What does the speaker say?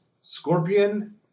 Scorpion